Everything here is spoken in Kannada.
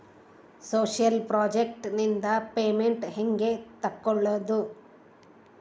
ಸೋಶಿಯಲ್ ಪ್ರಾಜೆಕ್ಟ್ ನಿಂದ ಪೇಮೆಂಟ್ ಹೆಂಗೆ ತಕ್ಕೊಳ್ಳದು?